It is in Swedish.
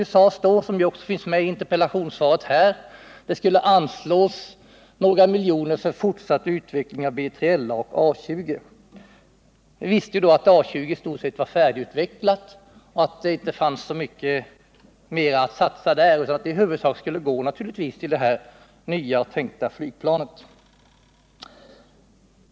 Några miljoner skulle anslås för fortsatt utveckling av B3LA och A 20. Men vi visste redan då att A 20 i stort sett var ett färdigutvecklat projekt och att det inte fanns så mycket mera att satsa där samt att anslaget i huvudsak skulle gälla det nya tänkta flygplanet.